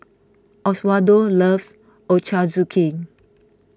Oswaldo loves Ochazuke